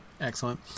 Excellent